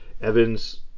Evans